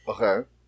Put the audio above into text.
Okay